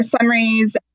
summaries